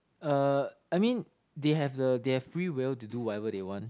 uh I mean they have the they have free will to do whatever they want